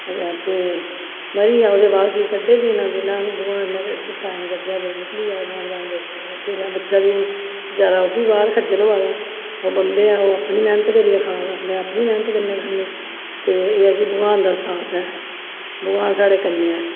ते मरी गेआ ते ओह्दे बाद फ्ही कड्ढे दिन बी भगवान ने गै टैम कड्ढेआ ते निकली गेआ राम राम जपदे ते जेह्ड़ा बच्चा हून ओह् बी बेचारा खज्जल होआ दा ओह् बम्बे ऐ अपनी मैह्नत करियै खा दा में अपनी मैह्नत कन्नै खन्नी ते एह् ऐ कि भगवान दा साथ ऐ कि भगवान साढ़े कन्नै ऐ